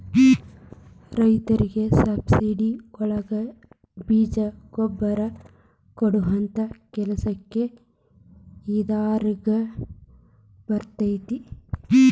ರೈತರಿಗೆ ಸಬ್ಸಿಡಿ ಒಳಗೆ ಬೇಜ ಗೊಬ್ಬರ ಕೊಡುವಂತಹ ಕೆಲಸ ಇದಾರಗ ಬರತೈತಿ